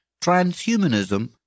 transhumanism